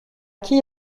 qui